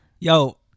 Yo